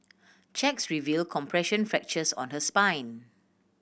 checks revealed compression fractures on her spine